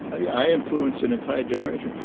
i influenced an entire generation.